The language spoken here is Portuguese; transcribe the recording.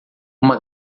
uma